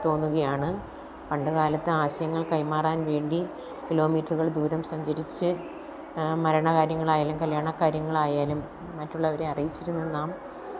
തോന്നുകയാണ് പണ് ലത്ത് ആശയങ്ങള് കൈമാറാന് വേണ്ടി കിലോ മീറ്ററുകള് ദൂരം സഞ്ചരിച്ച് മരണ കാര്യങ്ങളായാലും കല്യാണക്കാര്യങ്ങളായാലും മറ്റുള്ളവരെ അറിയിച്ചിരുന്ന നാം